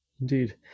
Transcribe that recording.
Indeed